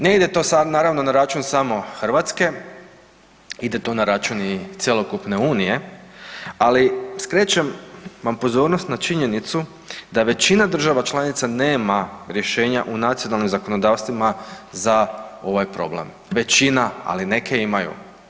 Ne ide to sad naravno na račun samo Hrvatske, ide to na račun i cjelokupne Unije, ali skrećem vam pozornost na činjenicu da većina država članica nema rješenja u nacionalnim zakonodavstvima za ovaj problem, većina, ali neke imaju.